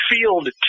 field